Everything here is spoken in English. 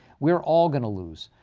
we're all going to lose.